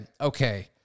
okay